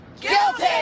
Guilty